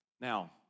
Now